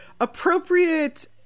appropriate